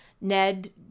ned